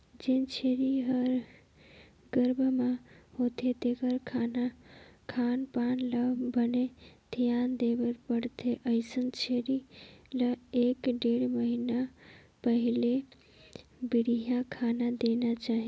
जेन छेरी ह गरभ म होथे तेखर खान पान ल बने धियान देबर परथे, अइसन छेरी ल एक ढ़ेड़ महिना पहिली बड़िहा खाना देना चाही